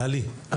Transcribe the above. ללי,